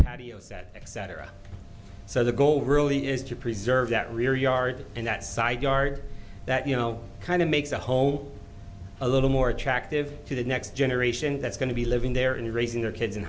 patio set cetera so the goal really is to preserve that rear yard and that side yard that you know kind of makes the home a little more attractive to the next generation that's going to be living there and raising their kids in